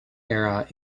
era